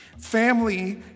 Family